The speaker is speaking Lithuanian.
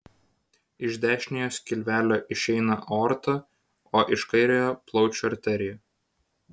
iš dešiniojo skilvelio išeina aorta o iš kairiojo plaučių arterija